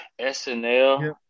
SNL